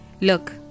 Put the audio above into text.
look